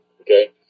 Okay